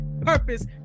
Purpose